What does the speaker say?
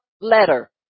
letter